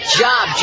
job